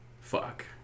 Fuck